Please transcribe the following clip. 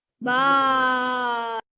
Bye